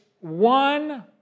one